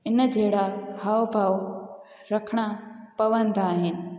इन जहिड़ा हाव भाव रखिणा पवंदा आहिनि